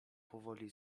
powoli